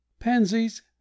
pansies